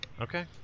Okay